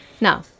Now